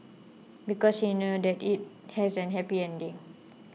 because he knows that it has a happy ending